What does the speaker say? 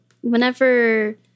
whenever